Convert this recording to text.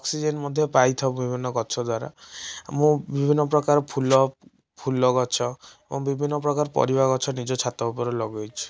oxygen ମଧ୍ୟ ପାଇଥାଉ ବିଭିନ୍ନ ଗଛ ଦ୍ୱାରା ମୁଁ ବିଭିନ୍ନ ପ୍ରକାର ଫୁଲ ଫୁଲ ଗଛ ଓ ବିଭିନ୍ନ ପ୍ରକାର ପରିବା ଗଛ ଛାତ ଉପରେ ଲଗାଇଛି